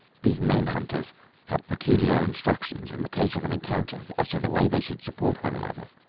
these men-hunters had particular instructions in the case of an encounter as to the way they should support one another.